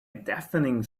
deafening